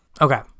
Okay